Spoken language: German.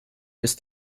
ist